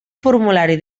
formulari